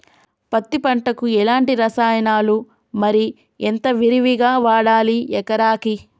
పత్తి పంటకు ఎలాంటి రసాయనాలు మరి ఎంత విరివిగా వాడాలి ఎకరాకి?